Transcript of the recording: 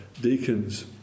deacons